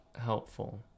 helpful